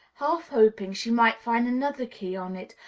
half hoping she might find another key on it,